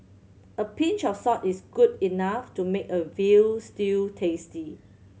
a pinch of salt is good enough to make a veal stew tasty